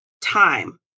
time